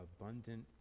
abundant